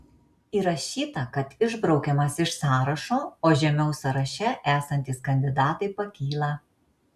įrašyta kad išbraukiamas iš sąrašo o žemiau sąraše esantys kandidatai pakyla